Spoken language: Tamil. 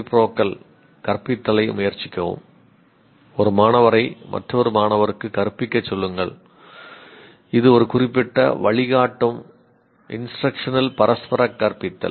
பரஸ்பர பரஸ்பர கற்பித்தல்